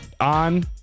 On